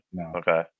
Okay